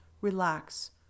relax